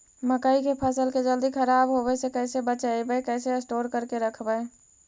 मकइ के फ़सल के जल्दी खराब होबे से कैसे बचइबै कैसे स्टोर करके रखबै?